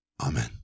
Amen